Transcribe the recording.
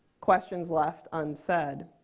questions left unsaid.